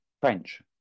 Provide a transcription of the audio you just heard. French